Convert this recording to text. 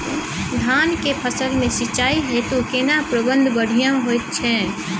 धान के फसल में सिंचाई हेतु केना प्रबंध बढ़िया होयत छै?